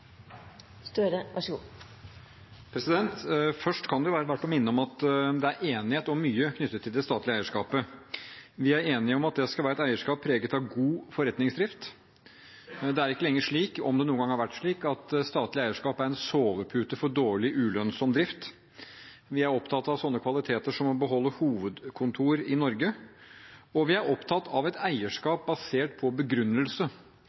enighet om mye knyttet til det statlige eierskapet. Vi er enige om at det skal være et eierskap preget av god forretningsdrift. Det er ikke lenger slik – om det noen gang har vært slik – at statlig eierskap er en sovepute for dårlig, ulønnsom drift. Vi er opptatt av slike kvaliteter som å beholde hovedkontor i Norge, og vi er opptatt av et eierskap basert på begrunnelse